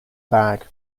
bag